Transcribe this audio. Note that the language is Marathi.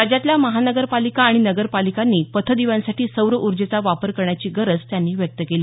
राज्यातल्या महानगरपालिका आणि नगरपालिकांनी पर्थदिव्यांसाठी सौर ऊर्जेचा वापर करण्याची गरज त्यांनी व्यक्त केली